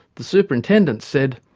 the superintendent said,